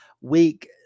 week